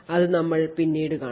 അത് നമ്മൾ പിന്നീട് കാണും